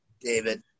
David